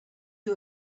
you